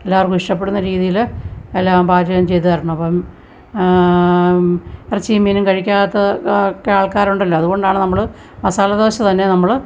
എല്ലാവർക്കും ഇഷ്ടപ്പെടുന്ന രീതിയിൽ എല്ലാം പാചകം ചെയ്തു തരണം അപ്പം ഇറച്ചിയും മീനും കഴിക്കാത്ത ഒക്കെ ആൾക്കാരുണ്ടല്ലൊ അതുകൊണ്ടാണ് നമ്മൾ മസാല ദോശ തന്നെ നമ്മൾ